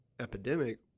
epidemic